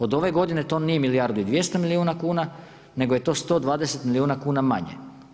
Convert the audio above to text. Od ove godine to nije milijardu i 200 milijuna kuna nego je to 120 milijuna kuna manje.